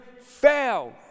fail